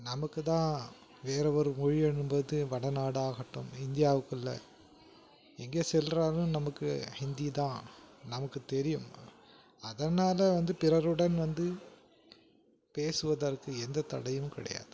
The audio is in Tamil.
நமக்கு தான் வேற ஒரு மொழி என்பது வட நாடாகட்டும் இந்தியாவுக்குள்ள எங்கே சென்றாலும் நமக்கு ஹிந்தி தான் நமக்கு தெரியும் அதனால் வந்து பிறருடன் வந்து பேசுவதற்கு எந்தத் தடையும் கிடையாது